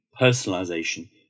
personalization